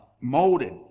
molded